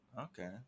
okay